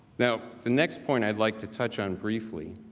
now, the next point i'd like to touch on briefly,